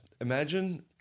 imagine